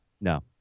No